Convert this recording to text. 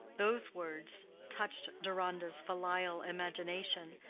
those words touched deronda's filial imagination,